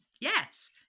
yes